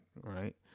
right